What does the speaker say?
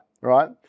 Right